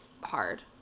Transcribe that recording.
hard